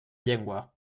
llengua